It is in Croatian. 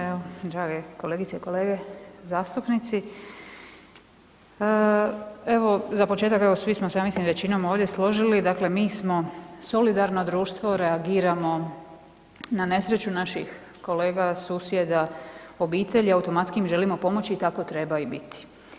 Evo drage kolegice i kolege zastupnici, evo za početak, evo svi smo se ja mislim većinom ovdje složili, dakle mi smo solidarno društvo, reagiramo na nesreću naših kolega, susjeda, obitelji, automatski im želimo pomoć i tako treba i biti.